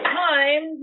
time